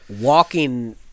walking